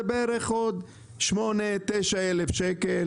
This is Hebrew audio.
זה בערך עוד כ-9,000 שקלים,